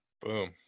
Boom